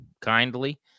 kindly